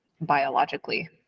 biologically